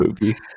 movie